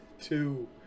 two